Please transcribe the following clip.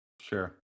Sure